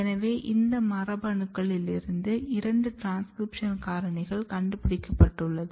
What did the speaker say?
எனவே இந்த மரபணுக்களிலிருந்து இரண்டு ட்ரான்ஸ்க்ரிப்ஷன் காரணிகள் கண்டுபிடிக்கப்பட்டுள்ளது